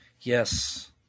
Yes